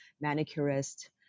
manicurist